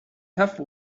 have